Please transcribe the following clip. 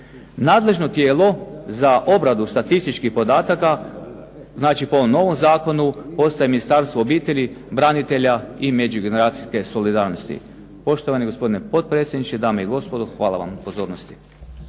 Nadležno tijelo za obradu statističkih podataka znači po ovom novom zakonu postaje Ministarstvo obitelji, branitelja i međugeneracijske solidarnosti. Poštovani gospodine potpredsjedniče, dame i gospodo hvala vam na pozornosti.